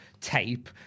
tape